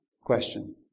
Question